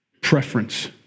preference